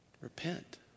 Repent